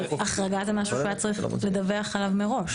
אבל החרגה זה משהו שהוא היה צריך לדווח עליו מראש.